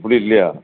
அப்படி இல்லையா